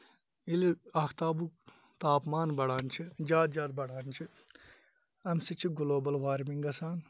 ییٚلہِ آفتابُک تاپمان بَڑان چھ زیادٕ زیادٕ بَڑان چھُ اَمہِ سۭتۍ چھِ گٔلوبل وارمِنگ گژھان